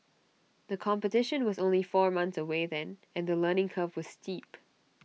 the competition was only four months away then and the learning curve was steep